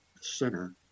center